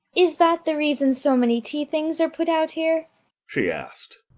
is that the reason so many tea-things are put out here she asked.